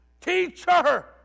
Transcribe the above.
Teacher